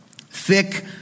thick